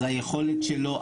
אז היכולת שלו,